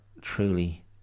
truly